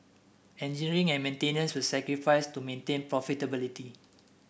engineering and maintenance were sacrificed to maintain profitability